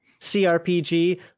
crpg